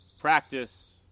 practice